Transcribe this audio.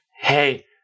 Hey